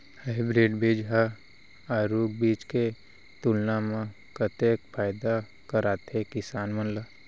Hybrid बीज हा आरूग बीज के तुलना मा कतेक फायदा कराथे किसान मन ला?